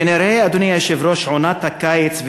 כנראה עונת הקיץ,